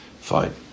Fine